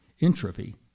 Entropy